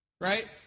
Right